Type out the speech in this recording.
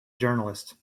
journalist